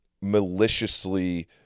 maliciously